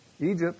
Egypt